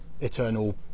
eternal